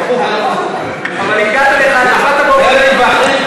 הפוך על הפוך.